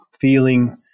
feeling